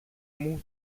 μου